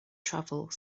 travels